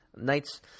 nights